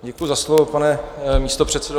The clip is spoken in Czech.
Děkuji za slovo, pane místopředsedo.